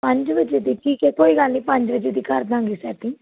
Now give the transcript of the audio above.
ਪੰਜ ਵਜੇ ਦੀ ਠੀਕ ਹੈ ਕੋਈ ਗੱਲ ਨਹੀਂ ਪੰਜ ਵਜੇ ਦੀ ਕਰ ਦਾਂਗੇ ਸੈਟਿੰਗ